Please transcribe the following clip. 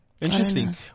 Interesting